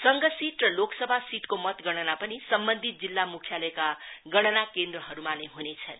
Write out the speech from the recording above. संघ सीट र लोकसभा सीटको मतगणना पनि सम्बन्धित जिल्ला मुख्यालयका गणना केन्द्रमा नै हुनेछन्